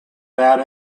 that